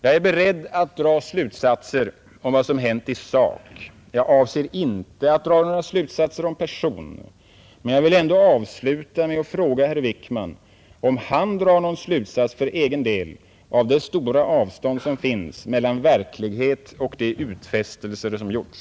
Jag är beredd att dra slutsatser om vad som hänt i sak. Jag avser inte att dra några slutsatser om person. Men jag vill avsluta med att fråga, om herr Wickman drar någon slutsats för egen del av det stora avstånd som finns mellan verkligheten och de utfästelser som gjorts.